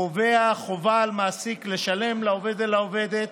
קובע חובה על מעסיק לשלם לעובד ולעובדת